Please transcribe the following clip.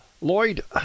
Lloyd